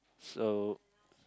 so